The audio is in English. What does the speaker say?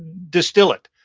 distill it.